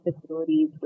facilities